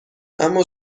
اما